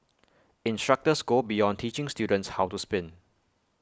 instructors go beyond teaching students how to spin